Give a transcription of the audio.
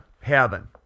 heaven